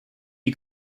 you